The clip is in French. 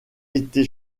été